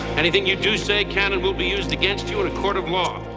anything you do say can and will be used against you in a court of law.